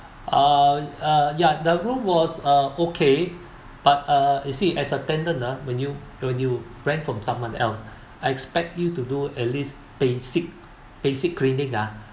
uh uh ya the room was uh okay but uh you see as a tenant ah when you when you rent from someone else I expect you to do at least basic basic cleaning ah